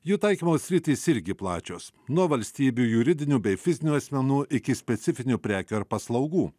jų taikymo sritys irgi plačios nuo valstybių juridinių bei fizinių asmenų iki specifinių prekių ar paslaugų